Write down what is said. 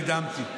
נדהמתי,